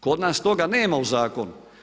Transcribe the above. Kod nas toga nema u zakonu.